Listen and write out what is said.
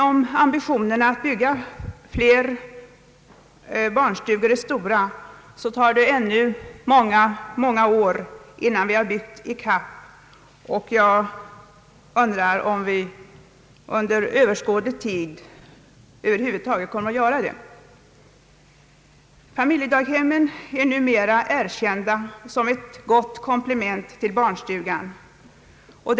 Är ambitionerna att bygga fler barnstugor stora tar det i alla fall ännu många år innan vi byggt ikapp behovet — och jag undrar om vi under överskådlig tid över huvud taget kommer att göra det. Familjedaghemmen är numer erkända som ett gott komplement till barnstugorna.